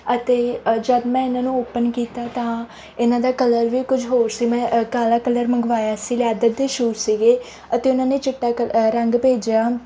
ਅਤੇ ਜਦੋਂ ਮੈਂ ਇਨ੍ਹਾਂ ਨੂੰ ਓਪਨ ਕੀਤਾ ਤਾਂ ਇਹਨਾਂ ਦਾ ਕਲਰ ਵੀ ਕੁਝ ਹੋਰ ਸੀ ਮੈਂ ਕਾਲਾ ਕਲਰ ਮੰਗਵਾਇਆ ਸੀ ਲੈਦਰ ਦੇ ਸ਼ੂਜ਼ ਸੀਗੇ ਅਤੇ ਉਨ੍ਹਾਂ ਨੇ ਚਿੱਟਾ ਕਲ ਰੰਗ ਭੇਜਿਆ